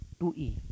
2e